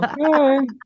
Okay